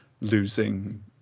losing